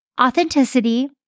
Authenticity